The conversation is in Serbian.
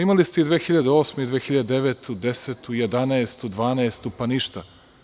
Imali ste i 2008, 2009, 2010, 2011. i 2012. godinu, pa ništa.